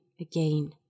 again